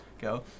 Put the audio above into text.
go